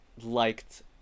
liked